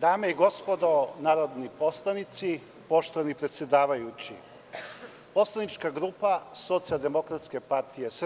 Dame i gospodo narodni poslanici, poštovani predsedavajući, poslanička grupa SDPS